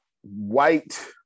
white